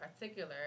particular